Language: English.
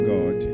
God